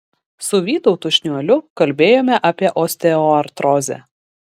su vytautu šniuoliu kalbėjome apie osteoartrozę